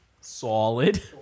Solid